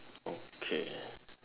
okay